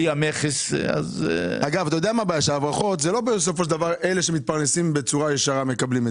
ההברחות לא מגיעות מהאנשים שמתפרנסים בצורה ישרה,